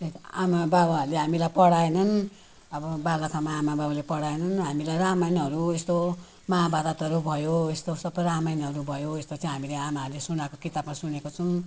आमा बाबाहरूले हामीलाई पढाएनन् अब बालखामा आमा बाबाले हामीलाई पढाएनन् हामीलाई रामायणहरू यस्तो महाभारतहरू भयो यस्तो सब रामायणहरू भयो यस्तो चाहिँ हामीले आमाहरूले सुनाएको किताबमा सुनेको छौँ